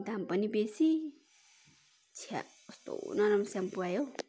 दाम पनि बेसी छ्या कस्तो नराम्रो स्याम्पो आयो